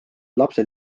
lapsed